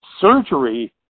surgery